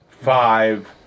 five